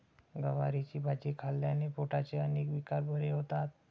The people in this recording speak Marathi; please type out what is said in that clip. गवारीची भाजी खाल्ल्याने पोटाचे अनेक विकार बरे होतात